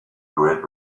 great